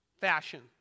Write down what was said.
fashion